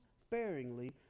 sparingly